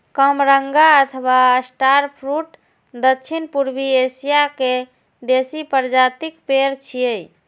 कामरंगा अथवा star fruit दक्षिण पूर्वी एशिया के देसी प्रजातिक पेड़ छियै